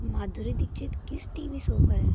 माधुरी दीक्षित किस TV show पर है